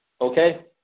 okay